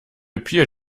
appear